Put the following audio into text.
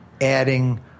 adding